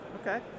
Okay